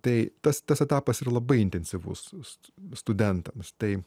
tai tas tas etapas yra labai intensyvus studentams tai